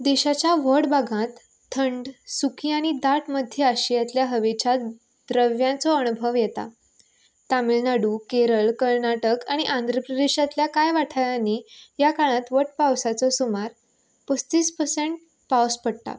देशाच्या व्हड भागात थंड सुखी आनी दाट मदी आशियांतल्या हवेच्या द्रव्याचो अणभव येता तामिलनाडू केरळ कर्नाटक आनी आंध्र प्रदेशांतल्या कांय वाठारांनी ह्या काळांत वट पावसाचो सुमार पस्तीस पर्सेंट पावस पडटा